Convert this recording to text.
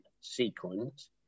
sequence